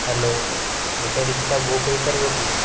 hello ଗୋଟେ rickshaw book ହେଇପାରିବ କି